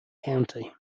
county